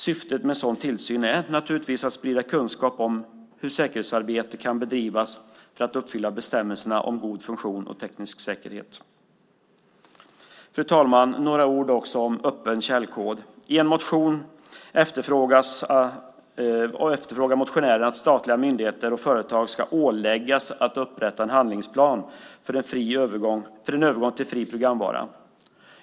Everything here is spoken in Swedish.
Syftet med en sådan tillsyn är naturligtvis att sprida kunskap om hur säkerhetsarbete kan bedrivas för att uppfylla bestämmelserna om god funktion och teknisk säkerhet. Fru talman! Jag vill säga några ord om öppen källkod. I en motion efterfrågar motionären att statliga myndigheter och företag ska åläggas att upprätta en handlingsplan för en övergång till fri programvara.